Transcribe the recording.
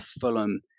Fulham